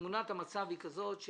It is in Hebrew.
תמונת המצב היא כזאת,